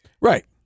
Right